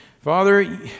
Father